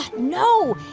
no.